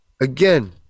again